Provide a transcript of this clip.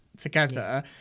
together